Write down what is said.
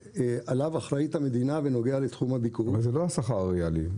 אבל זה לא השכר הריאלי.